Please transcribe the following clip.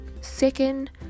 Second